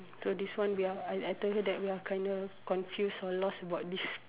so this one we are I I told her that we are kind of confused or lost about this